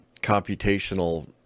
computational